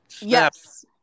yes